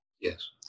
Yes